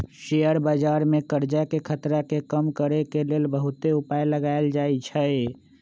share बजार में करजाके खतरा के कम करए के लेल बहुते उपाय लगाएल जाएछइ